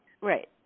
Right